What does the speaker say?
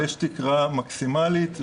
יש תקרה מקסימלית.